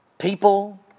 people